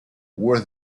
were